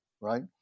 right